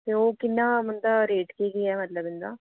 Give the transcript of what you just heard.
ते ओह् कि'न्ना बनदा रेट कि'न्ना बनी जंदा